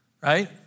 Right